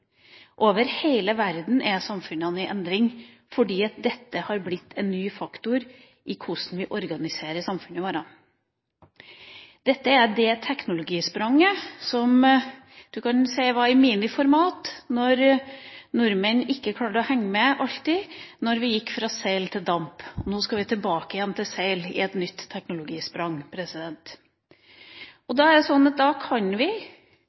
Over hele verden er samfunnene i endring, fordi dette har blitt en ny faktor når det gjelder hvordan vi organiserer samfunnene våre. Dette er det teknologispranget som du kan si var i miniformat da nordmenn ikke alltid klarte å henge med da vi gikk fra seil til damp. Nå skal vi tilbake til seil i et nytt teknologisprang. Da kan vi lene oss tilbake og si at vi er så rike at vi